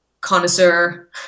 connoisseur